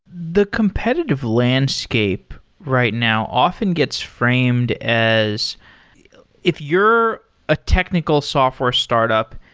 the competitive landscape right now often gets framed as if you're a technical software startup,